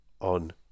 on